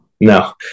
No